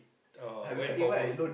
oh went for work